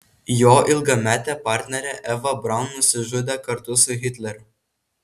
jo ilgametė partnerė eva braun nusižudė kartu su hitleriu